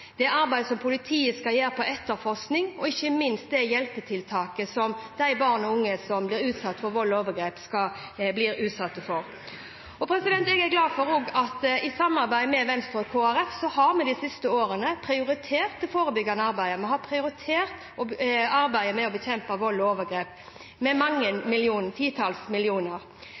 barn og unge som blir utsatt for vold og overgrep. Jeg er også glad for at vi, i samarbeid med Venstre og Kristelig Folkeparti, de siste årene har prioritert det forebyggende arbeidet. Vi har prioritert arbeidet med å bekjempe vold og overgrep med mange titalls millioner